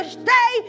stay